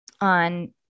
on